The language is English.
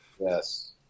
Yes